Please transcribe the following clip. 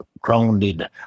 grounded